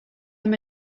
them